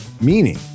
meaning